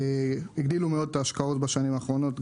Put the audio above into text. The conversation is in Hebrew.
הגדילו מאוד את ההשקעות בשנים האחרונות,